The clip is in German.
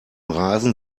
rasen